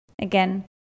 Again